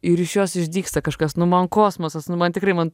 ir iš jos išdygsta kažkas nu man kosmosas nu man tikrai man